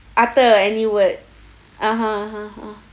utter any word (uh huh) (uh huh) uh